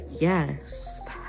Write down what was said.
yes